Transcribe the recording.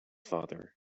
father